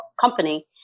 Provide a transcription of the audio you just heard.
company